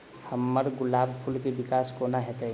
हम्मर गुलाब फूल केँ विकास कोना हेतै?